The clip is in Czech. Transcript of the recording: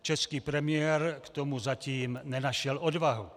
Český premiér k tomu zatím nenašel odvahu.